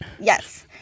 Yes